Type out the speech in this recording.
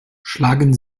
schlagen